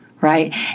right